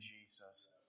Jesus